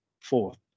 fourth